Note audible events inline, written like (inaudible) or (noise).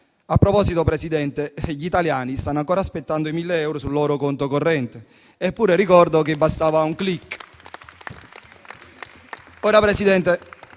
proposito, Presidente, gli italiani stanno ancora aspettando i 1.000 euro sul loro conto corrente. Eppure, ricordo che bastava un clic. (applause)